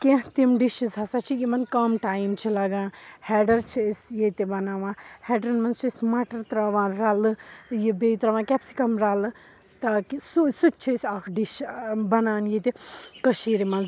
کیٚنٛہہ تِم ڈِشِز ہَسا چھِ یِمَن کَم ٹایِم چھ لَگان ہٮ۪ڈر چھِ أسۍ ییٚتہِ بَناوان ہٮ۪ڈرَن منٛز چھِ أسۍ مَٹَر ترٛاوان رَلہٕ یہِ بیٚیہِ ترٛاوان کِپسِکَم رَلہٕ تاکہِ سُہ سُہ تہِ چھِ أسۍ اَکھ ڈِش بَنان ییٚتہِ کٔشیٖرِ منٛز